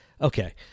Okay